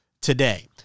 today